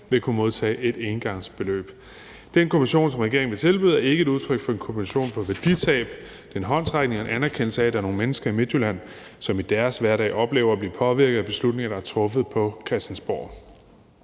vil kunne modtage et engangsbeløb. Den kompensation, som regeringen vil tilbyde, er ikke et udtryk for en kompensation for værditab. Det er en håndsrækning og en anerkendelse af, at der er nogle mennesker i Midtjylland, som i deres hverdag oplever at blive påvirket af beslutninger, der er truffet på Christiansborg.